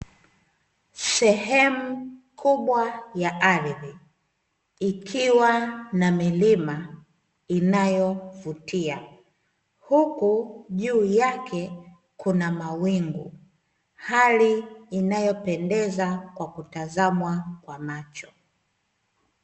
Sehemu kubwa ya ardhi, ikiwa na milima inayovutiwa, huku juu yake kuna mawingu hali inayopendeza kwa kutazamwa kwa macho.